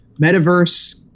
metaverse